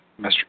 Mr